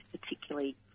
particularly